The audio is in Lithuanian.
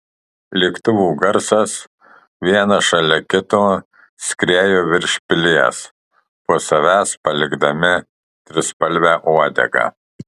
lėktuvų garsas vienas šalia kito skriejo virš pilies po savęs palikdami trispalvę uodegą